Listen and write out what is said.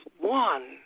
one